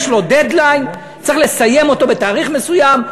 יש לו "דד-ליין", צריך לסיים אותו בתאריך מסוים,